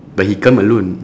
but he come alone